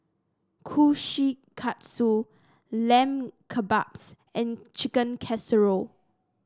Kushikatsu Lamb Kebabs and Chicken Casserole